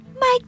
Mike